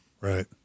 Right